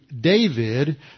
David